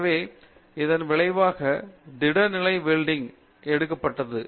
எனவே இதன் விளைவாக திட நிலை வெல்டிங் எடுக்கப்பட்டது